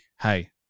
Hey